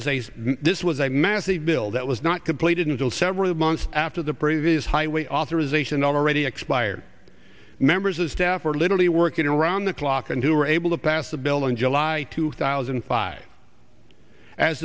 is a this was a massive bill that was not completed until several months after the previous highway authorization already expired members of staff were literally working around the clock and who were able to pass a bill in july two thousand and five as